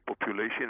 population